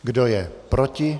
Kdo je proti?